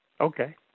Okay